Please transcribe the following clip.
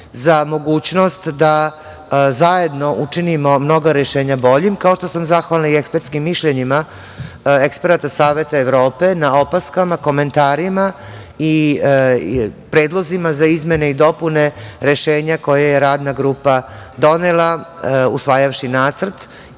za mogućnost da zajedno učinimo mnoga rešenja boljim, kao što sam zahvalna i ekspertskim mišljenjima eksperata Saveta Evrope na opaskama, komentarima i predlozima za izmene i dopune rešenja koje je radna grupa donela usvojivši Nacrt,